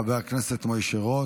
חבר הכנסת משה רוט,